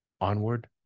onward